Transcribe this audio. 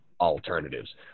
alternatives